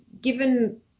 given